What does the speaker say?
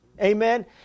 Amen